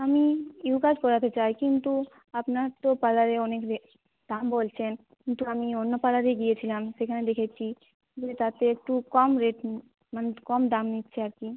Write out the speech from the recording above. আমি U cut করাতে চাই কিন্তু আপনার তো পার্লারে অনেক রেট দাম বলছেন কিন্তু আমি অন্য পার্লারে গিয়েছিলাম সেখানে দেখেছি যে তাতে একটু কম রেট মানে একটু কম দাম নিচ্ছে আর কি